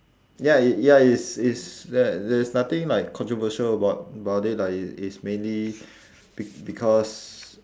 ya it ya i~ it's it's like there's nothing like controversial about about it lah it's it's mainly be~ because